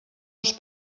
els